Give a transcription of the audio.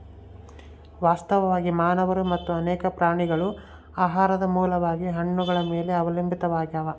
ವಾಸ್ತವವಾಗಿ ಮಾನವರು ಮತ್ತು ಅನೇಕ ಪ್ರಾಣಿಗಳು ಆಹಾರದ ಮೂಲವಾಗಿ ಹಣ್ಣುಗಳ ಮೇಲೆ ಅವಲಂಬಿತಾವಾಗ್ಯಾವ